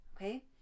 Okay